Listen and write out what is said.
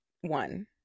one